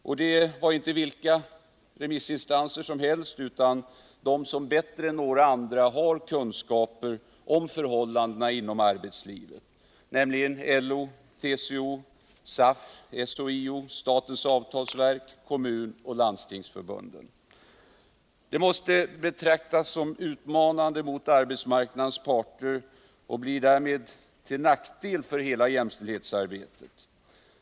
Och det var inte vilka remissinstanser som helst utan de som bättre än några andra har kunskaper om förhållandena inom arbetslivet, nämligen LO, TCO, SAF, SHIO, statens avtalsverk, Kommunförbundet och Landstingsförbundet. Detta måste betraktas som utmanande mot arbetsmarknadens parter, och det blir därmed till nackdel för hela jämställdhetsarbetet.